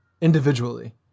individually